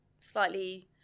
slightly